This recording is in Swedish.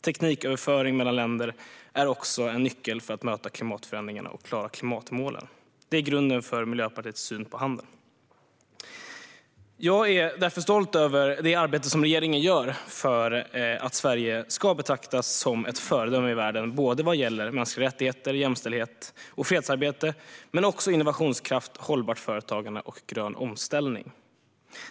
Tekniköverföring mellan länder är också en nyckel för att möta klimatförändringarna och klara klimatmålen. Det är grunden för Miljöpartiets syn på handeln. Jag är därför stolt över det arbete som regeringen gör för att Sverige ska betraktas som ett föredöme i världen vad gäller mänskliga rättigheter, jämställdhet och fredsarbete, men också vad gäller innovationskraft, hållbart företagande och grön omställning.